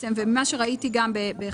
הם אומרים שיש החלטת ממשלה להיטיב עם חיילי